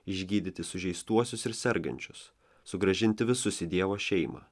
išgydyti sužeistuosius ir sergančius sugrąžinti visus į dievo šeimą